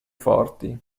forti